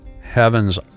heavens